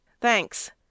Thanks